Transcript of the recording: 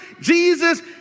Jesus